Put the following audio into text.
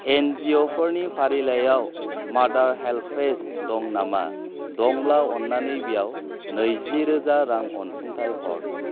एनजिअ फोरनि फारिलाइयाव मादार हेल्पेज दं नामा दंब्ला अन्नानै बेयाव नैजिरोजा रां अनसुंथाइ हर